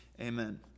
amen